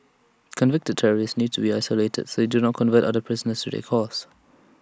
convicted terrorists need to be isolated so that they do not convert other prisoners to their cause